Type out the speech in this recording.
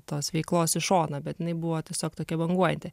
tos veiklos į šoną bet jinai buvo tiesiog tokia banguojanti